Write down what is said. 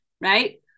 right